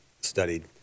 studied